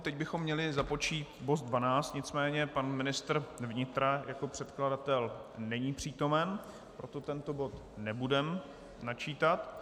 Teď bychom měli započít bod 12, nicméně pan ministr vnitra jako předkladatel není přítomen, proto tento bod nebudeme načítat.